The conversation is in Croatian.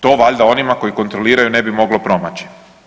To valjda onima koji kontroliraju ne bi moglo promaći.